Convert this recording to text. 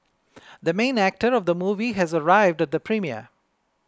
the main actor of the movie has arrived at the premiere